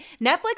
netflix